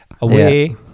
Away